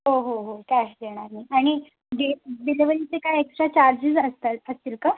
हो हो हो कॅश देणार मी आणि गे डिलेवरीचे काय एक्स्ट्रा चार्जेस असतात असतील का